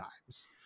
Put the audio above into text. times